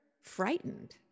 frightened